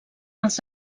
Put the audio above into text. els